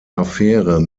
affäre